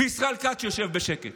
ישראל כץ, שיושב בשקט.